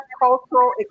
Cultural